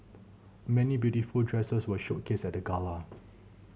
many beautiful dresses were showcased at the gala